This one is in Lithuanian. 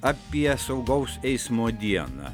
apie saugaus eismo dieną